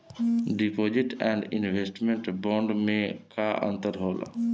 Deposit and investment bond मे का अंतर होला?